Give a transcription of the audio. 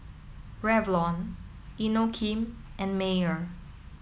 Revlon Inokim and Mayer